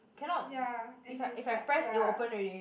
ya as in like ya